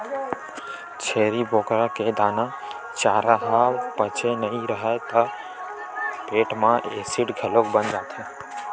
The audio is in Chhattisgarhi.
छेरी बोकरा के दाना, चारा ह पचे नइ राहय त पेट म एसिड घलो बन जाथे